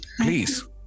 Please